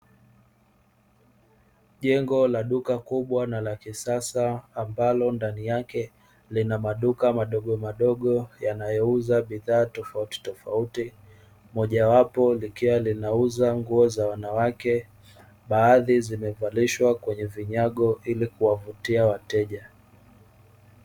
Jengo na duka kubwa na la kisasa, ambalo ndani yake lina maduka madogomadogo yanayouza bidhaa tofautitofauti. Mojawapo likiwa linauza nguo za wanawake, baadhi zimevalishwa kwenye vinyago ili kuwavutia wateja.